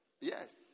Yes